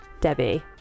Debbie